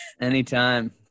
anytime